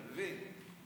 אתה מבין?